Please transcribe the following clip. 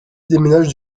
déménage